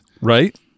right